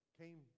came